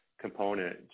component